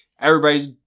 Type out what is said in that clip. Everybody's